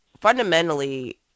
fundamentally